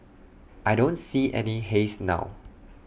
I don't see any haze now